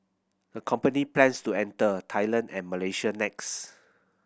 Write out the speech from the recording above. the company plans to enter Thailand and Malaysia next